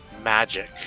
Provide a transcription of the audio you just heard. magic